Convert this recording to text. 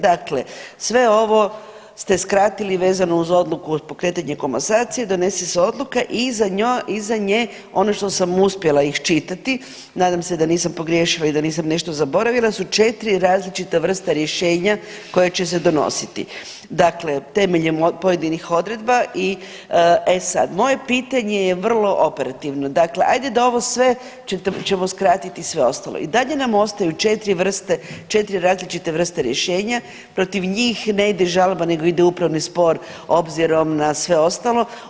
Dakle, sve ovo ste skratili vezano uz odluku o pokretanju komasacije, donese se odluka i iza nje ono što sam uspjela iščitati, nadam se da nisam pogriješila i da nisam nešto zaboravila, su 4 različita vrsta rješenja koja će se donositi, dakle temeljem pojedinih odredba i, e sad moje pitanje je vrlo operativno, dakle ajde da ovo sve ćemo skratiti sve ostalo i dalje nam ostaju četiri vrste, četiri različita vrste rješenja, protiv njih ne ide žalba nego ide upravni spor obzirom na sve ostalo.